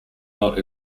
not